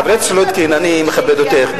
חברת הכנסת סולודקין, אני מכבד אותך.